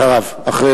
אחריו.